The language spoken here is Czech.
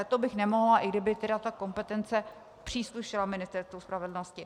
To bych nemohla, i kdyby ta kompetence příslušela Ministerstvu spravedlnosti.